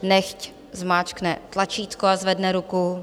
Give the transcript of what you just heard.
Nechť zmáčkne tlačítko a zvedne ruku.